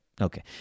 Okay